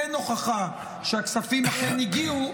אין הוכחה שהכספים הגיעו,